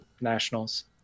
nationals